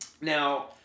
Now